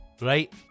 right